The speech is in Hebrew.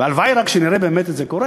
והלוואי רק, שנראה את זה באמת קורה.